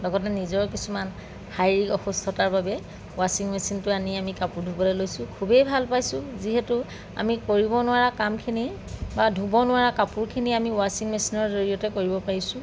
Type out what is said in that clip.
লগতে নিজৰ কিছুমান শাৰীৰিক অসুস্থতাৰ বাবে ৱাচিং মেচিনটো আনি আমি কাপোৰ ধুবলৈ লৈছোঁ খুবেই ভাল পাইছোঁ যিহেতু আমি কৰিব নোৱাৰা কামখিনি বা ধুব নোৱাৰা কাপোৰখিনি আমি ৱাচিং মেচিনৰ জৰিয়তে কৰিব পাৰিছোঁ